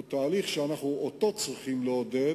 הוא תהליך שאנחנו צריכים לעודד,